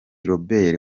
robert